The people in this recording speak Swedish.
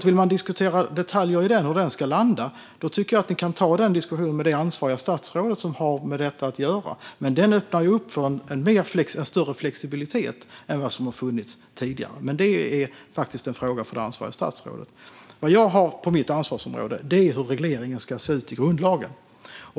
Vill man diskutera detaljer i den och hur den ska landa tycker jag att man ska ta den diskussionen med det statsråd som har med detta att göra, men den öppnar för större flexibilitet än vad som har funnits tidigare. Det är dock en fråga för det ansvariga statsrådet. Det som ligger inom mitt ansvarsområde är hur regleringen ska se ut i grundlagen.